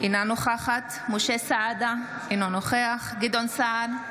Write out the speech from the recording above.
אינה נוכחת משה סעדה, אינו נוכח גדעון סער,